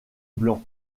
blanc